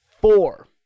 four